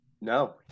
No